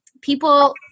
People